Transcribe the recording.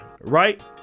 right